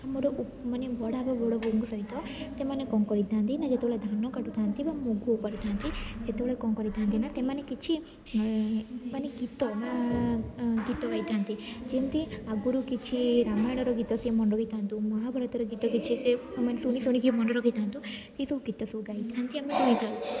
ମୋର ମାନେ ବଡ଼ବା ବଡ଼ବୋଉଙ୍କ ସହିତ ସେମାନେ କଣ କରିଥାନ୍ତି ନା ଯେତେବେଳେ ଧାନ କାଟୁଥାନ୍ତି ବା ମୁଗ ଓପାଡ଼ୁଥାନ୍ତି ସେତେବେଳେ କଣ କରିଥାନ୍ତି ନା ସେମାନେ କିଛି ମାନେ ଗୀତ ଗୀତ ଗାଇଥାନ୍ତି ଯେମିତି ଆଗରୁ କିଛି ରାମାୟଣର ଗୀତ ସେ ମନେ ରଖିଥାନ୍ତୁ ମହାଭାରତର ଗୀତ କିଛି ସେ ମାନେ ଶୁଣି ଶୁଣିକି ମନେ ରଖିଥାନ୍ତୁ ସେସବୁ ଗୀତ ସବୁ ଗାଇଥାନ୍ତି ଆମେ ଶୁଣିଥାଉ